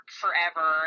forever